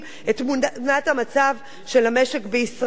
את תמונת המצב של המשק בישראל.